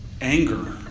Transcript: anger